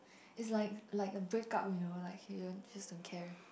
it's like like a break up you know like she don't just don't care